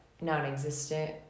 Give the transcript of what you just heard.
non-existent